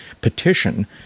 petition